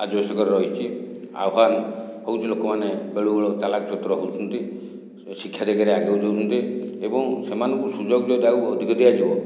asbestos ଘର ରହିଛି ଆହ୍ୱାନ ହେଉଛି ଲୋକମାନେ ବେଳକୁ ବେଳ ଚାଲାକ ଚତୁର ହେଉଛନ୍ତି ଶିକ୍ଷା ଦିଗରେ ଆଗଉଛନ୍ତି ଏବଂ ସେମାନଙ୍କୁ ସୁଯୋଗ ଯଦି ଆଗକୁ ଅଧିକ ଦିଆଯିବ